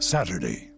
Saturday